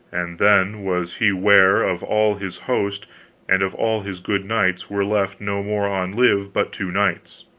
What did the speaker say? and then was he ware of all his host and of all his good knights were left no more on live but two knights,